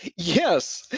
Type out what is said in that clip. yes!